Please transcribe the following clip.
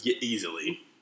easily